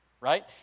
right